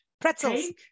pretzels